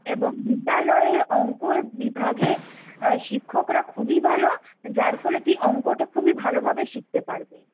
এবং বিদ্যালয়ের অঙ্ক বিভাগে শিক্ষকরা খুবই ভালো যার ফলে তুই অঙ্কটা খুবই ভালোভাবে শিখতে পারবি